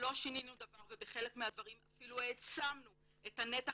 לא שינינו דבר ובחלק מהדברים אפילו העצמנו את הנתח